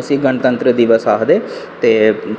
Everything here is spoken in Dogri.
उसी गणतंत्र दिवस आखदे ते